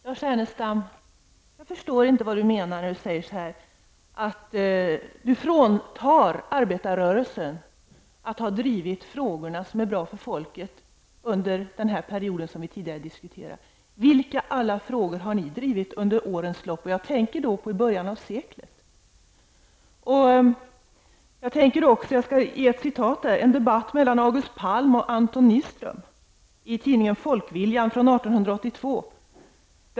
Herr talman! Jag förstår inte vad Lars Ernestam menar när han säger att han fråntar arbetarrörelsen ensamrätten att ha drivit de frågor som är bra för folket under den period som vi tidigare diskuterade. Vilka alla frågor har ni drivit under årens lopp, och jag tänker då på början av seklet? Jag skall läsa upp ett citat från en debatt mellan Folkviljan från 1882.